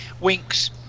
Winks